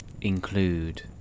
include